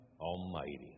Almighty